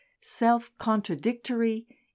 self-contradictory